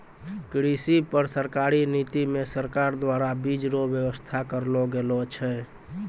कृषि पर सरकारी नीति मे सरकार द्वारा बीज रो वेवस्था करलो गेलो छै